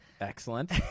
Excellent